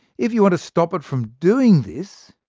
if you want to stop it from doing this,